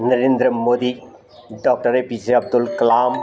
Narendra Modi doctor APJ Abdul Kalam